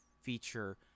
feature